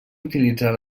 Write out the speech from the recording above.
utilitzar